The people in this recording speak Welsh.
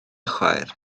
chwaer